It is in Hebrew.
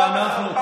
אבל אנחנו,